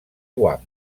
guam